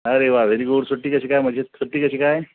अरे वा very good सुट्टी कशी काय मजेत सुट्टी कशी काय